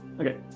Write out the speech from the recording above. Okay